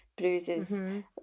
bruises